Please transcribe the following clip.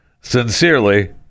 Sincerely